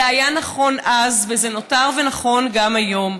זה היה נכון אז, וזה נותר נכון גם היום.